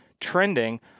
trending